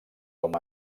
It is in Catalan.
com